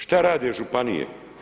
Šta rade Županije?